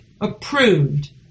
approved